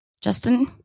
Justin